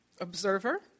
observer